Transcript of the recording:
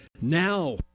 now